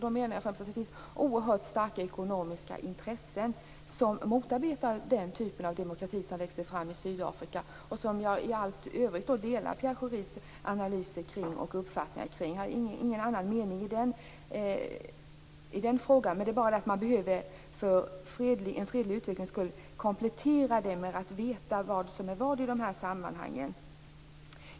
Då menar jag att det finns oerhört starka ekonomiska intressen som motarbetar den typ av demokrati som växer fram i I allt övrigt delar jag Pierre Schoris analyser och uppfattning. Jag har ingen annan mening i denna fråga annat än att man för den fredliga utvecklingens skull behöver komplettera det hela så att man vet vad som är vad i dessa sammanhang.